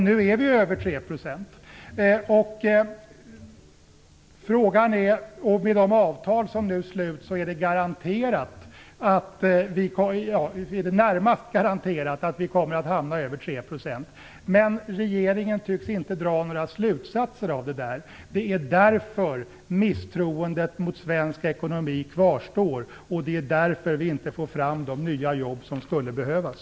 Nu är vi över 3 %- med de avtal som nu sluts är det åtminstone i det närmaste garanterat att vi kommer att hamna där. Men regeringen tycks inte dra några slutsatser av detta. Det är därför misstroendet mot svensk ekonomi kvarstår, och det är därför vi inte får fram de nya jobb som skulle behövas.